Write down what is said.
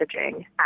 messaging